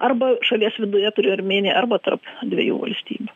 arba šalies viduje turi armėnija arba tarp dviejų valstybių